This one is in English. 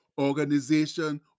organization